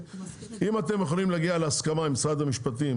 אם אתם יכולים להגיע להסכמה עם משרד המשפטים